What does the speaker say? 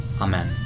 Amen